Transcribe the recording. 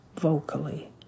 vocally